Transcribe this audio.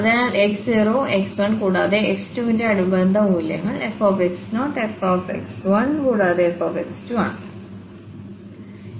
അതിനാൽ x0 x1 കൂടാതെ x2 ന്ടെ അനുബന്ധ മൂല്യങ്ങൾ f f കൂടാതെfആണ്